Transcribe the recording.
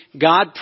God